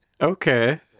okay